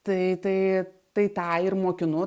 tai tai tai tą ir mokinu